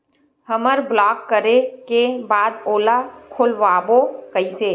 हमर ब्लॉक करे के बाद ओला खोलवाबो कइसे?